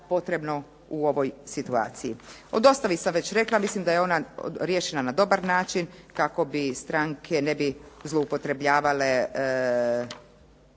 potrebno u ovoj situaciji. O dostavi sam već rekla, mislim da je ona riješena na dobar način kako stranke ne bi zloupotrebljavale